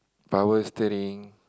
power steering